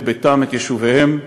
את בתיהן, את יישוביהן,